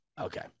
okay